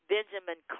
Benjamin